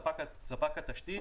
ספק התשתית,